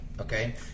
okay